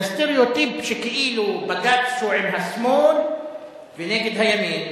לסטריאוטיפ שכאילו בג"ץ הוא עם השמאל ונגד הימין,